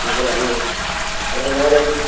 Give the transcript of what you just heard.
அப்புறம் ஆ அப்புறம் வேறென்ன